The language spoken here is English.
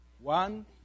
one